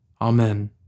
Amen